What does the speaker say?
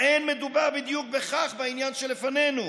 האין מדובר בדיוק בכך בעניין שלפנינו?